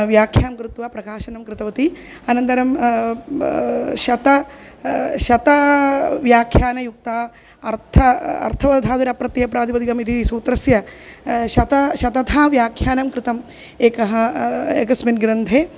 व्याख्यां कृत्वा प्रकाशनं कृतवती अनन्तरं शतं शतव्याख्यानयुक्तः अर्थः अर्थवदधातुरप्रत्ययः प्रादिपदिकमिति सूत्रस्य शतं शतव्याख्यानं कृतम् एकः एकस्मिन् ग्रन्थे